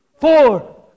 four